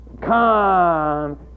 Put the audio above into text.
come